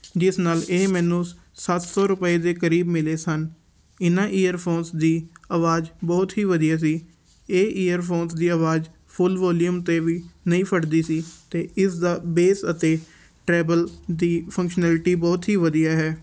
ਜਿਸ ਨਾਲ ਇਹ ਮੈਨੂੰ ਸੱਤ ਸੌ ਰੁਪਏ ਦੇ ਕਰੀਬ ਮਿਲੇ ਸਨ ਇਹਨਾਂ ਈਅਰਫੋਨਸ ਦੀ ਆਵਾਜ਼ ਬਹੁਤ ਹੀ ਵਧੀਆ ਸੀ ਇਹ ਈਅਰਫੋਨਸ ਦੀ ਆਵਾਜ਼ ਫੁੱਲ ਵੋਲੀਅਮ 'ਤੇ ਵੀ ਨਹੀਂ ਫੜਦੀ ਸੀ ਅਤੇ ਇਸ ਦਾ ਬੇਸ ਅਤੇ ਟਰੈਵਲ ਦੀ ਫੰਕਸ਼ਨੈਲਿਟੀ ਬਹੁਤ ਹੀ ਵਧੀਆ ਹੈ